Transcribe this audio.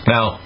Now